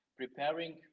preparing